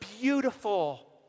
beautiful